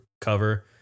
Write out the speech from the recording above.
cover